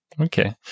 Okay